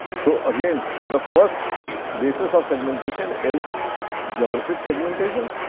so, again. the first bases of segmentation is geographic segmentation.